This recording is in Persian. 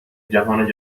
جهان